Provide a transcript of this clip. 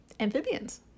Amphibians